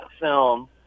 film